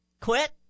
quit